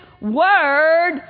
word